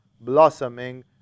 blossoming